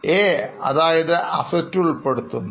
A അതായത് Asset ൽ ഉൾപ്പെടുത്തുന്നു